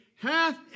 hath